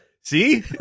See